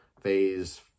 Phase